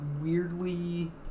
weirdly